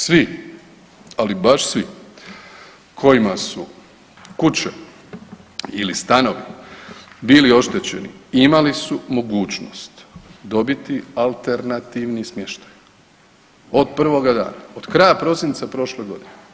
Svi, ali baš svi kojima su kuće ili stanovi bili oštećeni imali su mogućnost dobiti alternativni smještaj od prvoga dana, od kraja prosinca prošle godine.